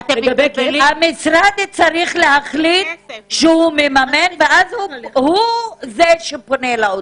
המשרד צריך להחליט שהוא מממן והוא זה שפונה לאוצר.